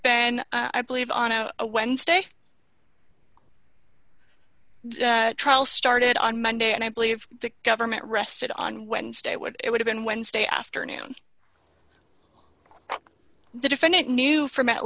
been i believe on a wednesday trial started on monday and i believe the government rested on wednesday what it would have been wednesday afternoon the defendant knew from at